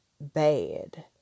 bad